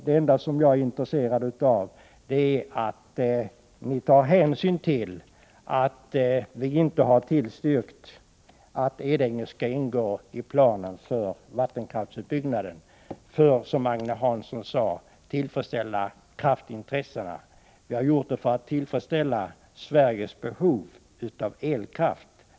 Det enda som jag är intresserad av är att ni här i kammaren skall ta hänsyn till att vi inte har tillstyrkt att Edänge skall ingå i planen för vattenkraftsutbyggnad för att, som Agne Hansson sade, tillfredsställa kraftintressena. Vi har gjort det för att tillfredsställa Sveriges behov av elkraft.